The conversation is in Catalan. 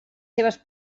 seves